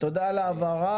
תודה על ההבהרה,